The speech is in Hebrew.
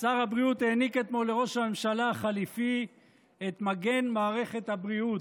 שר הבריאות העניק אתמול לראש הממשלה החליפי את מגן מערכת הבריאות,